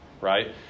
Right